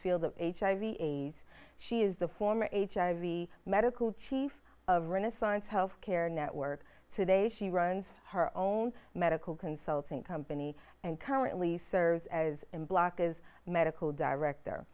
field of hiv aids she is the former medical chief of renaissance healthcare network today she runs her own medical consulting company and currently serves as a block is medical director